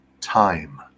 time